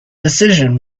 decision